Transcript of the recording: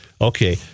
Okay